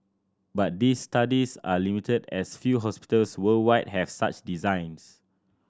but these studies are limited as few hospitals worldwide have such designs